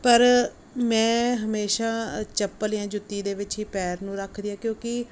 ਪਰ ਮੈਂ ਹਮੇਸ਼ਾਂ ਚੱਪਲ ਜਾਂ ਜੁੱਤੀ ਦੇ ਵਿੱਚ ਹੀ ਪੈਰ ਨੂੰ ਰੱਖਦੀ ਹਾਂ ਕਿਉਂਕਿ